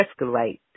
escalate